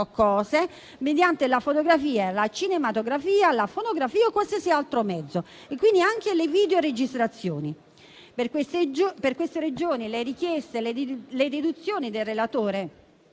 cose mediante la fotografia, la cinematografia, la fonografia o qualsiasi altro mezzo (quindi anche le videoregistrazioni). Per queste ragioni, le richieste e le deduzioni del relatore